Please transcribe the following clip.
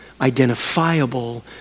identifiable